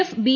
F B